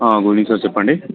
good evening sir చెప్పండి